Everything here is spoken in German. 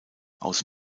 aus